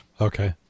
Okay